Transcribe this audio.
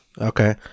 Okay